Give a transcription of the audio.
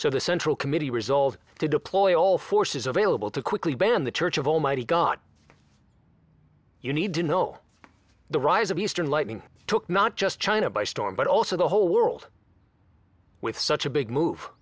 so the central committee resolved to deploy all forces available to quickly ban the church of almighty god you need to know the rise of eastern lightning took not just china by storm but also the whole world with such a big move